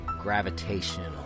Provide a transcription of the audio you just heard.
Gravitational